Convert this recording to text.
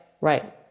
Right